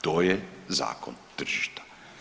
To je zakon tržišta.